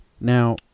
Now